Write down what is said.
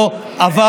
לא לשקר.